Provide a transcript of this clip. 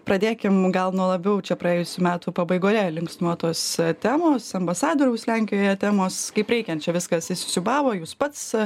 pradėkim gal nuo labiau čia praėjusių metų pabaigoje linksniuotos temos ambasadoriaus lenkijoje temos kaip reikiant čia viskas įsisiūbavo jūs pats